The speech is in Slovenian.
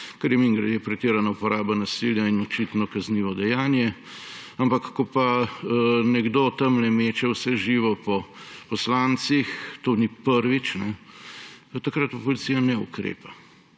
je mimogrede pretirana uporaba nasilja in očitno kaznivo dejanje. Ampak ko pa nekdo tamle meče vse živo po poslancih, to ni prvič, takrat pa policija ne ukrepa.